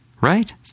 right